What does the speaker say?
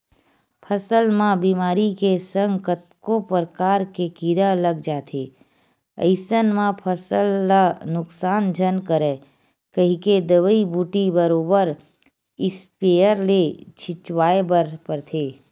फसल म बेमारी के संग कतको परकार के कीरा लग जाथे अइसन म फसल ल नुकसान झन करय कहिके दवई बूटी बरोबर इस्पेयर ले छिचवाय बर परथे